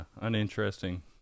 uninteresting